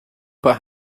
but